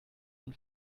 und